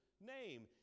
name